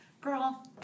girl